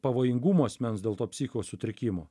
pavojingumo asmens dėl to psichikos sutrikimo